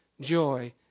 joy